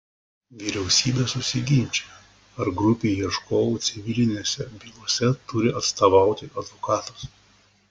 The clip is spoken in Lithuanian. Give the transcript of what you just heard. vyriausybė susiginčijo ar grupei ieškovų civilinėse bylose turi atstovauti advokatas